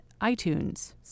iTunes